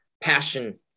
passion